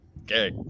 Okay